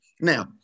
Now